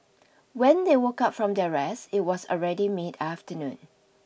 when they woke up from their rest it was already mid afternoon